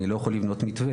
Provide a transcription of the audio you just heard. אני לא יכול לבנות מתווה,